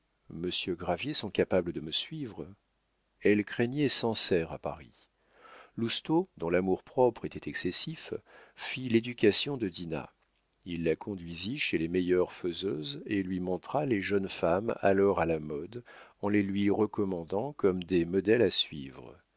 gravier sont capables de me suivre elle craignait sancerre à paris lousteau dont l'amour-propre était excessif fit l'éducation de dinah il la conduisit chez les meilleures faiseuses et lui montra les jeunes femmes alors à la mode en les lui recommandant comme des modèles à suivre